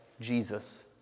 Jesus